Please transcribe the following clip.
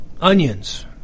onions